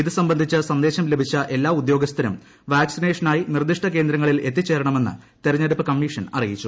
ഇതുസംബന്ധിച്ച് സന്ദേശം ലഭിച്ച എല്ലാ ഉദ്യോഗസ്ഥരും വാക്സിനേഷനായി നിർദ്ദിഷ്ട കേന്ദ്രങ്ങളിൽ എത്തിച്ചേരണമെന്ന് തെരഞ്ഞെടുപ്പ് കമ്മീഷൻ അറിയിച്ചു